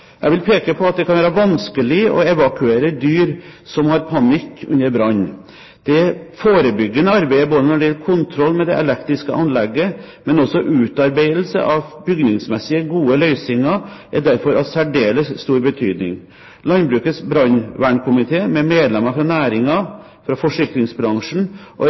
Jeg vil peke på at det kan være vanskelig å evakuere dyr som har panikk under en brann. Det forebyggende arbeidet både når det gjelder kontroll med det elektriske anlegget og utarbeidelse av bygningsmessige gode løsninger, er derfor av særdeles stor betydning. Landbrukets brannvernkomité, med medlemmer fra næringen, forsikringsbransjen og